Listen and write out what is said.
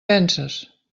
penses